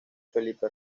felipe